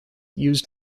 used